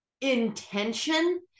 intention